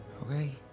Okay